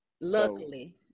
Luckily